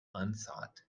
unsought